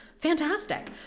fantastic